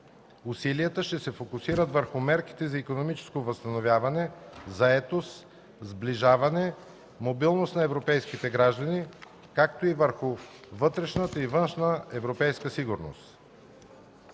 Усилията ще се фокусират върху мерките за икономическо възстановяване – заетост, сближаване, мобилност на европейските граждани, както и върху вътрешната и външна европейска сигурност;